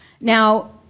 Now